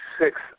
six